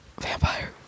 Vampire